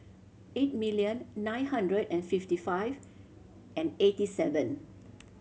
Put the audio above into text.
eight million nine hundred and fifty five and eighty seven